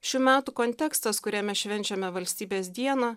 šių metų kontekstas kuriame švenčiame valstybės dieną